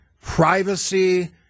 privacy